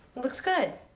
looks good.